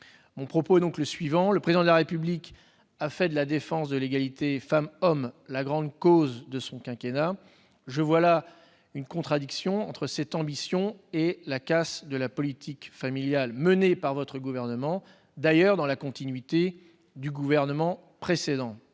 d'emploi des femmes. Le Président de la République a fait de la défense de l'égalité femmes-hommes la grande cause de son quinquennat. Je vois une contradiction entre cette ambition et la casse de la politique familiale menée par votre gouvernement, dans la continuité d'ailleurs du gouvernement précédent.